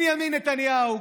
בנימין נתניהו.